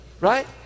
Right